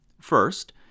First